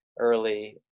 early